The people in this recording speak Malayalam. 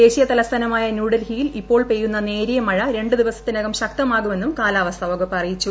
ദേശീയ തലസ്ഥാനമായ ന്യൂഡൽഹിയിൽ ഇപ്പോൾ പെയ്യുന്ന നേരിയ മഴ രണ്ടു ദിവസത്തിനകം ശക്തമാകുമെന്നും കാലാവസ്ഥാ വകുപ്പ് അറിയിച്ചു